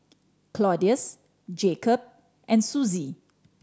Claudius Jakob and Suzie